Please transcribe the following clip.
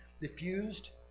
diffused